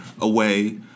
away